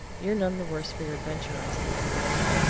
you're none the worse for your adventure, i see, he remarked.